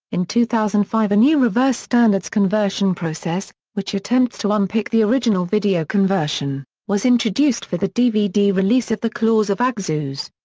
in two thousand and five a new reverse standards conversion process, which attempts to unpick the original video conversion, was introduced for the dvd release of the claws of axos.